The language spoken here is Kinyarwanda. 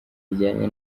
zijyanye